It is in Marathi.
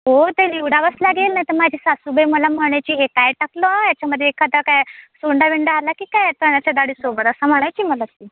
हो ते निवडावंच लागेल नाही तर माझी सासूबाई मला म्हणायची हे काय टाकलं याच्यामध्ये एखादा काय सोंडाबिंडा आला की काय चण्याच्या डाळीसोबत असं म्हणायची मला ती